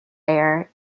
air